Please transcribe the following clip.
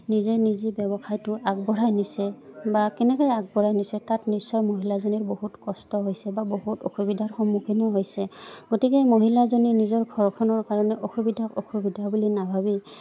নিজে নিজে ব্যৱসায়টো আগবঢ়াই নিছে বা কেনেকৈ আগবঢ়াই নিছে তাত নিশ্চয় মহিলাজনীৰ বহুত কষ্ট হৈছে বা বহুত অসুবিধাৰ সন্মুখীনো হৈছে গতিকে মহিলাজনী নিজৰ ঘৰখনৰ কাৰণে অসুবিধাক অসুবিধা বুলি নাভাবি